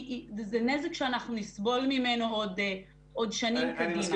זה נזק שנסבול ממנו עוד שנים קדימה.